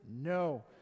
no